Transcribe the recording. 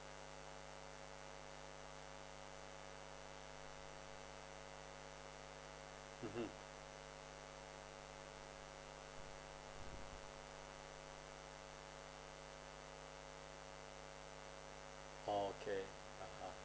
mmhmm okay (uh huh)